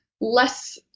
less